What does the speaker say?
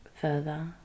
further